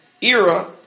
era